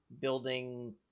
building